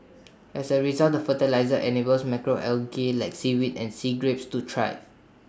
as A result the fertiliser enables macro algae like seaweed and sea grapes to thrive